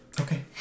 Okay